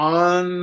on